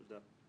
תודה.